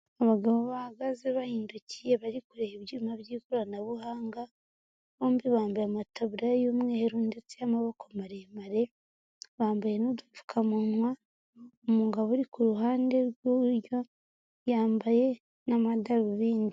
Abagabo bahagaze bahindukiye, bari kureba ibyuma by'ikoranabuhanga, bombi bambaye amataburiya y'umweru ndetse y'amaboko maremare, bambaye n'udupfukamunwa, umugabo uri ku ruhande rw'iburyo, yambaye n'amadarubindi.